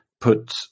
put